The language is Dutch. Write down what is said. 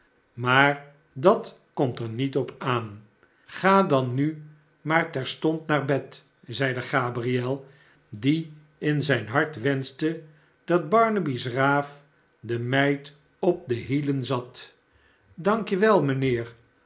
maar dat komt er niet op aan ga dan nu maar terstond naar bed zeide gabriel die in zijn hart wenschte dat barnaby's raaf de meid op de hielen zat dankje